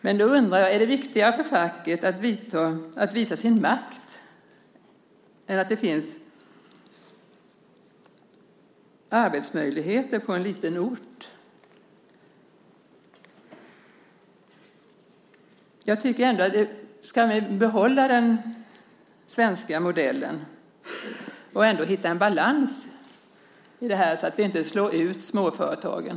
Men då undrar jag: Är det viktigare för facket att visa sin makt än att det finns arbetsmöjligheter på en liten ort? Om man ska behålla den svenska modellen måste man ändå hitta en balans i det här så att vi inte slår ut småföretagen.